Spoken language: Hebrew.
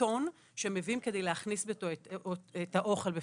הקרטון שמביאים כדי להכניס את האוכל לתוכו.